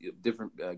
different